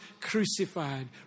crucified